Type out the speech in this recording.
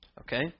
Okay